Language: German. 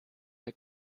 der